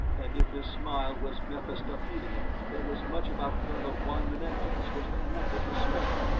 and if his smile was mephistophelean, there was much about colonel juan menendez which commanded respect.